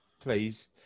please